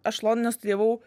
aš londone studijavau